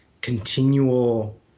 continual